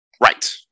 Right